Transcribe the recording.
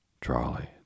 trolley